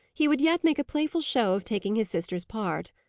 he would yet make a playful show of taking his sister's part.